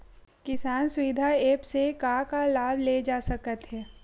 किसान सुविधा एप्प से का का लाभ ले जा सकत हे?